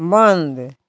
बंद